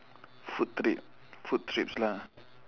food trip food trips lah